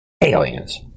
aliens